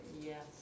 Yes